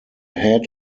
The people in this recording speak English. head